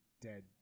dead